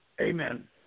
Amen